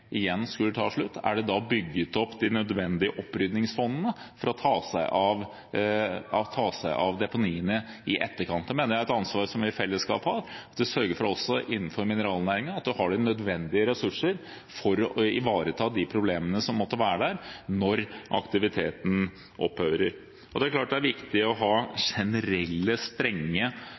igjen skulle ta slutt, om det da er bygget opp nødvendige oppryddingsfond for å ta seg av deponiene i etterkant. Det mener jeg er et ansvar som vi i fellesskap har, å sørge for at vi også innenfor mineralnæringen har de nødvendige ressursene for å ivareta de problemene som måtte være der når aktiviteten opphører. Det er klart det er viktig å ha generelt strenge